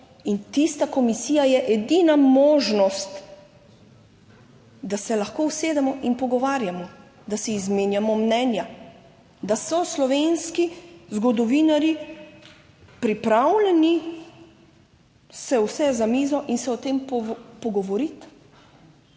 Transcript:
in tista komisija je edina možnost, da se lahko usedemo in pogovarjamo, da si izmenjamo mnenja, da so slovenski zgodovinarji pripravljeni se usesti za mizo in se o tem pogovoriti,